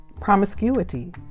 promiscuity